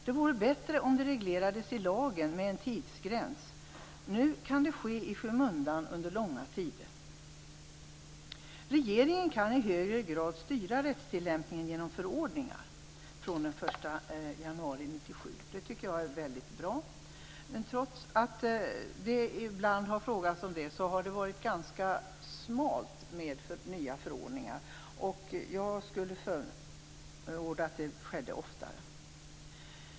Det vore bättre om det reglerades i lagen med en tidsgräns. Nu kan det ske i skymundan under långa tider. Regeringen kan från den 1 januari 1997 i högre grad styra rättstillämpningen genom förordningar. Det tycker jag är väldigt bra. Men trots att det ibland har frågats om det har det varit ganska smalt med nya förordningar. Jag skulle förorda att det skedde oftare.